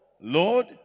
Lord